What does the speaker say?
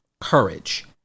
courage